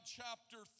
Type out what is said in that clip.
chapter